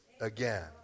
again